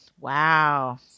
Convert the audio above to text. Wow